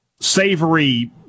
savory